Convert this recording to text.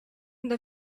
n’a